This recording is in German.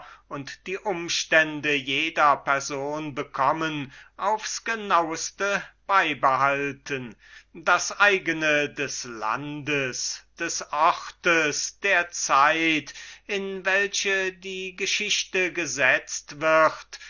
und die umstände einer jeden person bekommen aufs genaueste beibehalten daneben auch der eigene charakter des landes des orts der zeit in welche die geschichte gesetzt wird